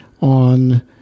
on